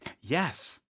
yes